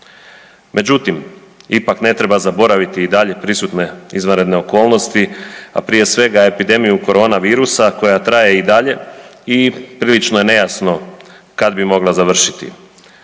Međutim, ipak ne treba zaboraviti i dalje prisutne izvanredne okolnosti, a prije svega epidemiju korona virusa koja traje i dalje i prilično je nejasno kad bi mogla završiti.